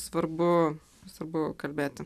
svarbu svarbu kalbėti